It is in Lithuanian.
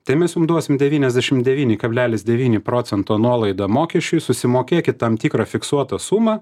tai mes jum duosim devyniasdešim devyni kablelis devyni procentų nuolaidą mokesčiui susimokėkit tam tikrą fiksuotą sumą